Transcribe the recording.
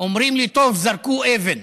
אומרים לי: טוב, זרקו אבנים.